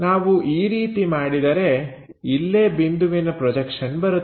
ನಾವು ಈ ರೀತಿ ಮಾಡಿದರೆ ಇಲ್ಲೇ ಬಿಂದುವಿನ ಪ್ರೊಜೆಕ್ಷನ್ ಬರುತ್ತದೆ